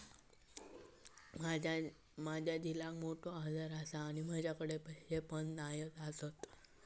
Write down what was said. माझ्या झिलाक मोठो आजार आसा आणि माझ्याकडे पैसे पण नाय आसत